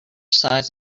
size